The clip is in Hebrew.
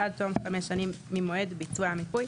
עד תום חמש שנים ממועד ביצוע המיפוי,